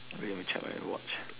wait let me check my watch